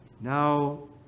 Now